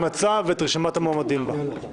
את המצע ואת רשימת המועמדים בה.